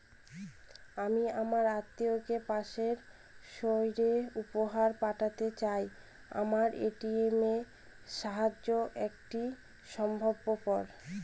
আমি আমার আত্মিয়কে পাশের সহরে উপহার পাঠাতে চাই আমার এ.টি.এম এর সাহায্যে এটাকি সম্ভবপর?